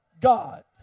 God